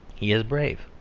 he is brave,